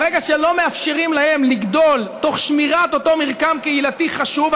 ברגע שלא מאפשרים להם לגדול תוך שמירת אותו מרקם קהילתי חשוב,